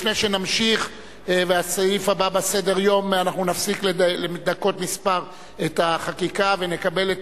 לפני שנמשיך בסעיף הבא בסדר-היום נפסיק לדקות מספר את החקיקה ונקבל את